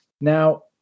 Now